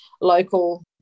local